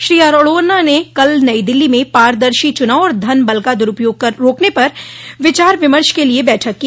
श्री अरोड़ा ने कल नई दिल्ली में पारदर्शी चुनाव और धन बल का दुरूपयोग रोकने पर विचार विमर्श के लिए बैठक की